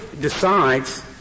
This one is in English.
decides